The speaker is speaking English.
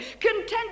content